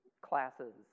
classes